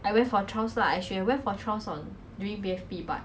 so technically 我的 stamina 已经完蛋 liao